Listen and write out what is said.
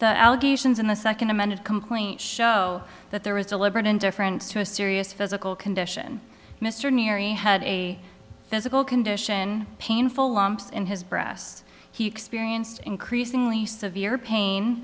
the allegations in the second amended complaint show that there was deliberate indifference to a serious physical condition mr nearly had a physical condition painful lumps in his breasts he experienced increasingly severe pain